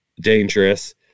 dangerous